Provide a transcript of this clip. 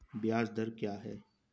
ब्याज दर क्या है?